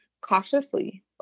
cautiously